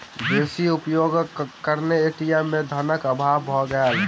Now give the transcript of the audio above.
बेसी उपयोगक कारणेँ ए.टी.एम में धनक अभाव भ गेल